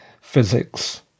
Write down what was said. physics